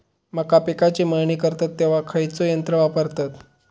मका पिकाची मळणी करतत तेव्हा खैयचो यंत्र वापरतत?